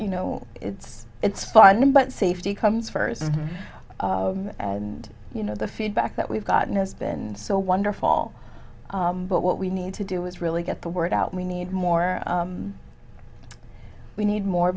you know it's it's funny but safety comes first and you know the feedback that we've gotten has been so wonderful but what we need to do is really get the word out we need more we need more